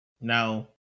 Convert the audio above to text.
no